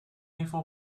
even